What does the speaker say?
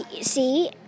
see